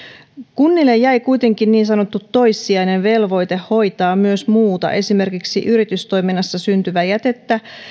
kunnille jäi kuitenkin niin sanottu toissijainen velvoite hoitaa myös muuta esimerkiksi yritystoiminnassa syntyvää jätettä